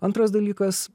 antras dalykas